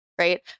Right